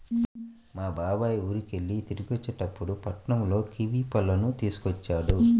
మా బాబాయ్ ఊరికెళ్ళి తిరిగొచ్చేటప్పుడు పట్నంలో కివీ పళ్ళను తీసుకొచ్చాడు